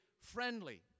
friendly